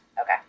Okay